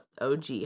OG